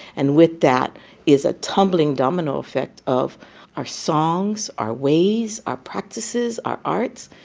and with that is a tumbling domino effect of our songs, our ways, our practices, our arts,